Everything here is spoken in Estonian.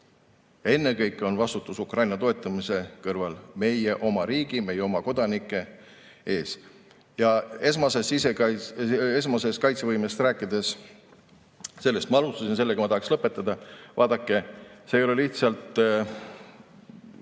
Ennekõike on meil vastutus Ukraina toetamise kõrval meie oma riigi, meie oma kodanike ees. Esmasest kaitsevõimest rääkides – sellest ma alustasin, sellega ma tahaksin ka lõpetada –, vaadake, see ei ole lihtsalt